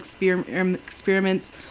experiments